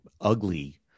ugly